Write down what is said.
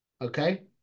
Okay